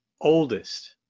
oldest